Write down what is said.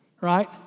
Right